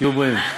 תהיו בריאים.